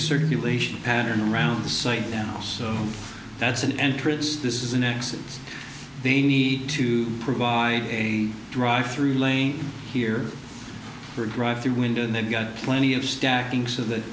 circulation pattern around the site now so that's an entrance this is an exit they need to provide a drive through lane here for a drive through window and they've got plenty of stacking